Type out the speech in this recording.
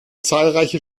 zahlreiche